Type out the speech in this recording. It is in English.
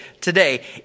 today